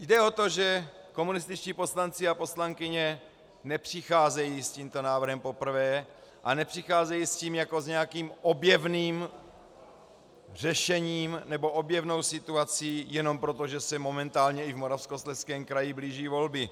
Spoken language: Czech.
Jde o to, že komunističtí poslanci a poslankyně nepřicházejí s tímto návrhem poprvé a nepřicházejí s tím jako s nějakým objevným řešením nebo objevnou situací jenom proto, že se momentálně i v Moravskoslezském kraji blíží volby.